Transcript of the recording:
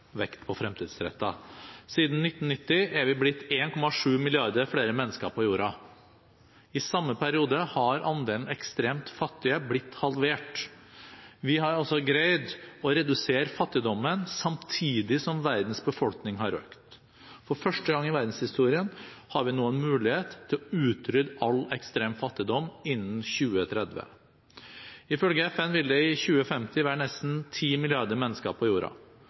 på «fremtidsrettet». Siden 1990 er vi blitt 1,7 mrd. flere mennesker på jorda. I samme periode har andelen ekstremt fattige blitt halvert. Vi har altså greid å redusere fattigdommen, samtidig som verdens befolkning har økt. For første gang i verdenshistorien har vi nå en mulighet til å utrydde all ekstrem fattigdom innen 2030. Ifølge FN vil det i 2050 være nesten 10 milliarder mennesker på jorda.